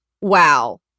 Wow